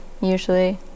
usually